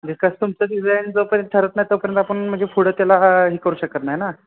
because तुमचं design जोपर्यंत ठरत नाही तोपर्यंत आपण म्हणजे पुढं त्याला हा हे करू शकत नाही ना